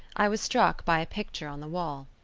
i was struck by a picture on the wall.